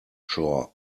shore